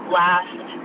last